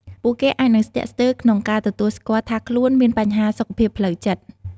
ពួកគេអាចនឹងស្ទាក់ស្ទើរក្នុងការទទួលស្គាល់ថាខ្លួនមានបញ្ហាសុខភាពផ្លូវចិត្ត។